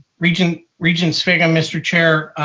regent regent sviggum, mr. chair,